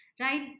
Right